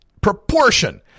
proportion